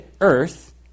earth